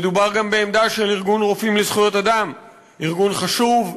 מדובר גם בעמדה של ארגון "רופאים לזכויות אדם" ארגון חשוב,